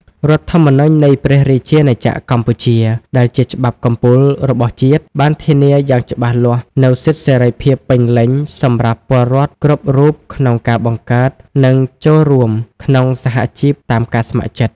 រដ្ឋធម្មនុញ្ញនៃព្រះរាជាណាចក្រកម្ពុជា ដែលជាច្បាប់កំពូលរបស់ជាតិ បានធានាយ៉ាងច្បាស់លាស់នូវសិទ្ធិសេរីភាពពេញលេញសម្រាប់ពលរដ្ឋគ្រប់រូបក្នុងការបង្កើត និងចូលរួមក្នុងសហជីពតាមការស្ម័គ្រចិត្ត។